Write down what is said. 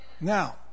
now